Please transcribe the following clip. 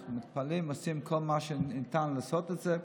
אנחנו מתפללים, עושים כל מה שניתן לעשות למען זה,